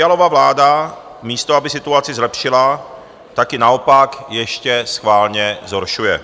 A Fialova vláda, místo aby situaci zlepšila, tak ji naopak ještě schválně zhoršuje.